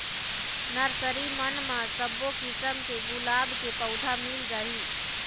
nursery मन म सब्बो किसम के गुलाब के पउधा मिल जाही